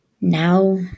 Now